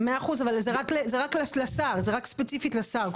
זה רק לשר, רק ספציפית לשר.